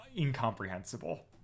incomprehensible